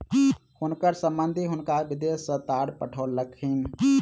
हुनकर संबंधि हुनका विदेश सॅ तार पठौलखिन